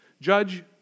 Judge